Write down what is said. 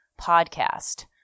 podcast